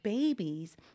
babies